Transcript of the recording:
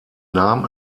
nahm